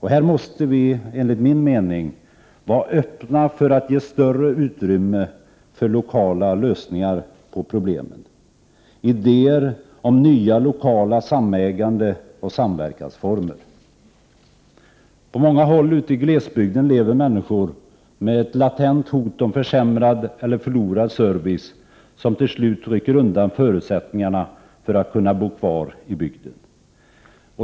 Här måste vi enligt min mening vara öppna för att ge större utrymme för lokala lösningar på problemen, för idéer om nya lokala samägandeoch samverkansformer. På många håll ute i glesbygden lever människor med ett latent hot om försämrad eller förlorad service, som till slut rycker undan förutsättningarna för att kunna bo kvar i bygden.